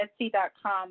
Etsy.com